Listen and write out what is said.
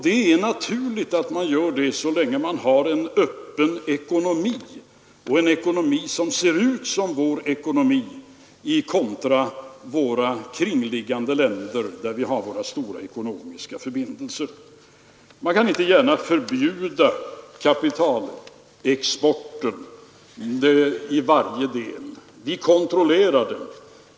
Det är naturligt att vi gör det så länge vi har en öppen ekonomi, en ekonomi som ser ut som vår ekonomi, kontra kringliggande länder, länder som vi har våra omfattande ekonomiska förbindelser med. Vi kan inte gärna förbjuda kapitalexporten i varje del. Vi kontrollerar den.